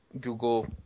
Google